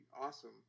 awesome